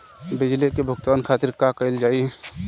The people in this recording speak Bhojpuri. बिजली के भुगतान खातिर का कइल जाइ?